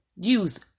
Use